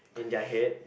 in their head